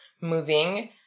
moving